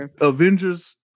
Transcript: Avengers